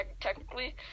technically